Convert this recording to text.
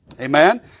Amen